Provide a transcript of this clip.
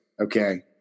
Okay